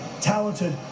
talented